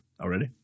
already